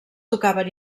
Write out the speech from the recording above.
tocaven